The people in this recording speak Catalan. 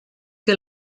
que